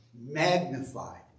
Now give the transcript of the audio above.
magnified